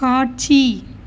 காட்சி